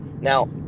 Now